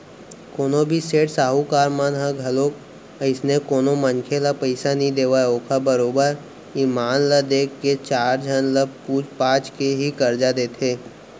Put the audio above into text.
कोनो भी सेठ साहूकार मन ह घलोक अइसने कोनो मनखे ल पइसा नइ देवय ओखर बरोबर ईमान ल देख के चार झन ल पूछ पाछ के ही करजा देथे